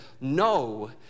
no